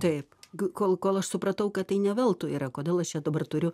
taip kol kol aš supratau kad tai ne veltui yra kodėl aš čia dabar turiu